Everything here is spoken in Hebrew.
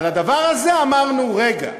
על הדבר הזה אמרנו: רגע,